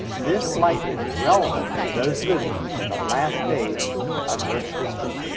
this light is relevant to those living in the last days of earth's history.